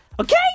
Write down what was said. Okay